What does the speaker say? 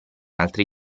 altri